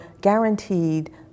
guaranteed